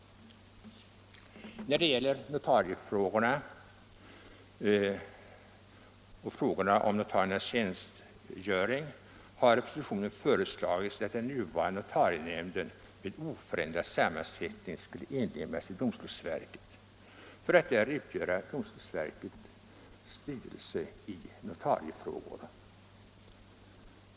När det gäller frågor om notarietjänstgöringen har i propositionen föreslagits att den nuvarande notarienämnden med oförändrad sammansättning skulle inlemmas i domstolsverket för att där utgöra domstolsverkets styrelse i notariefrågor.